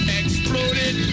exploded